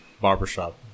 barbershop